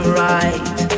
right